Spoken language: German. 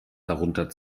darunter